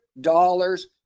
dollars